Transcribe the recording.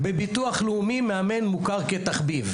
בביטוח לאומי מאמן מוכר כתחביב.